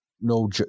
no